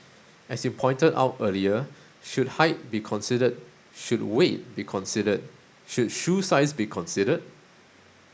as you pointed out earlier should height be considered should weight be considered should shoe size be considered